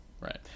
right